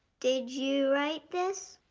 did you write this?